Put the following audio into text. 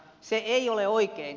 se ei ole oikein